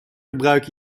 gebruik